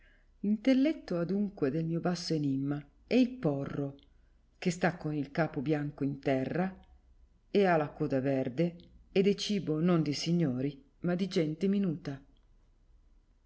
l'intelletto adunque del mio basso enimma è il porro che sta con il capo bianco in terra e ha la coda verde ed è cibo non di signori ma di gente minuta